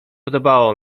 podobało